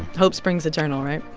hope springs eternal, right?